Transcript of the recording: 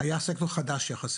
היה סקטור חדש יחסית.